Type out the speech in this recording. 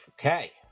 Okay